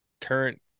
current